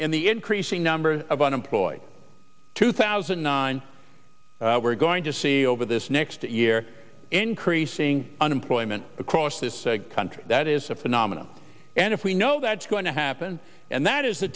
in the increasing number of unemployed two thousand nine we're going to see over this next year increasing unemployment across this country that is a phenomenon and if we know that's going to happen and that is the